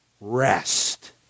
rest